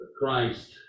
christ